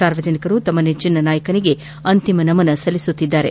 ಸಾರ್ವಜನಿಕರು ತಮ್ಮ ನೆಚ್ಲನ ನಾಯಕನಿಗೆ ಅಂತಿಮ ನಮನ ಸಲ್ಲಿಸುತ್ತಿದ್ದಾರೆ